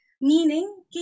meaning